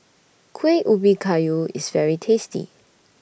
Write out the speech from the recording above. Kuih Ubi Kayu IS very tasty